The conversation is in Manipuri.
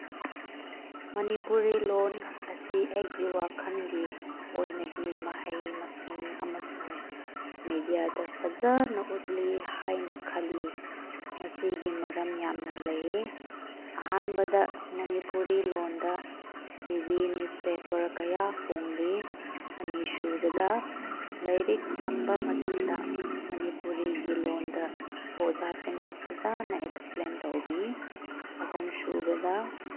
ꯃꯅꯤꯄꯨꯔꯤ ꯂꯣꯜ ꯑꯁꯤ ꯑꯩꯒꯤ ꯋꯥꯈꯟꯒꯤ ꯑꯣꯏꯅꯗꯤ ꯃꯍꯩ ꯃꯁꯤꯡ ꯑꯃꯁꯨꯡ ꯃꯦꯗꯤꯌꯥꯗ ꯐꯖꯅ ꯎꯠꯂꯤ ꯍꯥꯏꯅ ꯈꯜꯂꯤ ꯃꯁꯤꯒꯤ ꯃꯔꯝ ꯌꯥꯝꯅ ꯂꯩꯌꯦ ꯑꯍꯥꯟꯕꯗ ꯃꯅꯤꯄꯨꯔꯤ ꯂꯣꯜꯗ ꯇꯤ ꯚꯤ ꯅ꯭ꯌꯨꯁꯄꯦꯄꯔ ꯀꯌꯥ ꯐꯣꯡꯂꯤ ꯑꯅꯤꯁꯨꯕꯗ ꯂꯥꯏꯔꯤꯛ ꯇꯝꯕ ꯃꯇꯝꯗ ꯃꯅꯤꯄꯨꯔꯤꯒꯤ ꯂꯣꯜꯗ ꯑꯣꯖꯥꯁꯤꯡꯅ ꯐꯖꯅ ꯑꯦꯛꯁꯄ꯭ꯂꯦꯟ ꯇꯧꯕꯤ ꯑꯍꯨꯝꯁꯨꯕꯗ